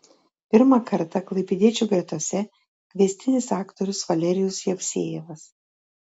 pirmą kartą klaipėdiečių gretose kviestinis aktorius valerijus jevsejevas